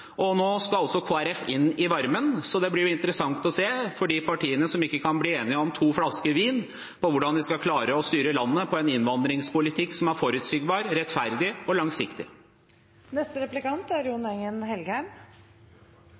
Nå skal også Kristelig Folkeparti inn i varmen, så det blir interessant å se hvordan de partiene som ikke kan bli enige om to flasker vin, skal klare å styre landet med en innvandringspolitikk som er forutsigbar, rettferdig og langsiktig. Representanten Gharahkhani sa at Arbeiderpartiet er